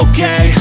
Okay